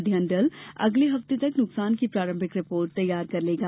अध्ययन दल अगले हफ्ते तक नुकसान की प्रारंभिक रिपोर्ट तैयार कर लेगा